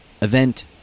event